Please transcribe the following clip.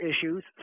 issues